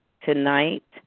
tonight